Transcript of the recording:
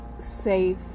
safe